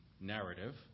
narrative